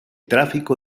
tráfico